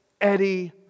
Eddie